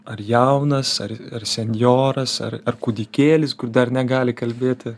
ar jaunas ar ar senjoras ar ar kūdikėlis kur dar negali kalbėti